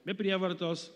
be prievartos